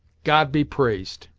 god be praised,